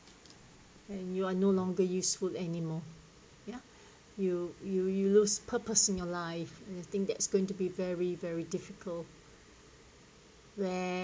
and you are no longer useful anymore you know you you lose purpose in your life you think that's going to be very very difficult where